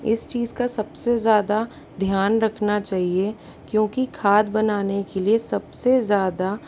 इस चीज़ का सबसे ज़्यादा ध्यान रखना चाहिए क्योंकि खाद बनाने के लिए सबसे ज़्यादा